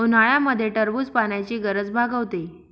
उन्हाळ्यामध्ये टरबूज पाण्याची गरज भागवते